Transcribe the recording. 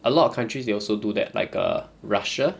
a lot of countries they also do that like err russia